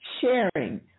sharing